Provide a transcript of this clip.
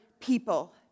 people